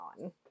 on